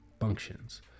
functions